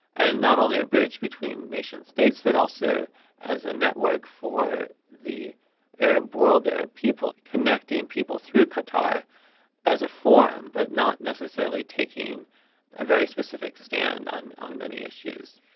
and not only a bridge between nation states, but also as a network for the arab world, arab people, connecting people through qatar as a forum, but not necessarily taking a very specific stand on on many issues.